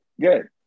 good